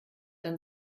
dann